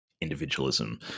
individualism